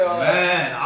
man